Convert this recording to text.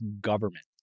government